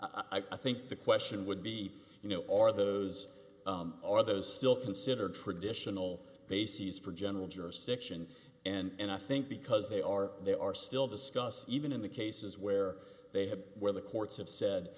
i think the question would be you know are those are those still considered traditional bases for general jurisdiction and i think because they are they are still discussed even in the cases where they have where the courts have said